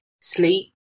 sleep